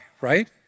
right